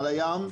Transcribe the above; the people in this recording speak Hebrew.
על הים,